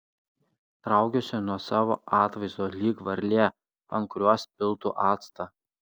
traukiuosi nuo savo atvaizdo lyg varlė ant kurios piltų actą